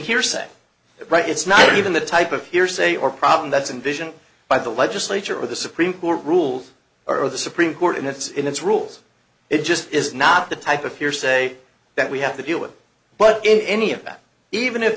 hearsay it's right it's not even the type of hearsay or problem that's invision by the legislature or the supreme court rules or the supreme court and it's in its rules it just is not the type of hearsay that we have to deal with but in any of that even if